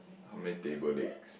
how many table legs